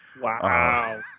wow